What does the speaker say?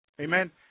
Amen